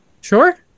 Sure